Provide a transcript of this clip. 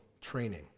training